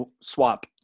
swap